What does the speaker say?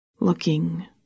looking